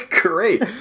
Great